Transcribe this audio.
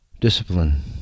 Discipline